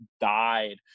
died